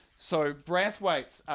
so brathwaite's